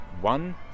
one